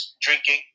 drinking